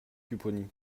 pupponi